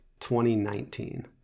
2019